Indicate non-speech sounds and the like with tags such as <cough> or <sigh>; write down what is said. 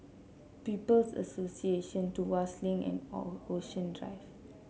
People's Association Tuas Link and <unintelligible> Ocean Drive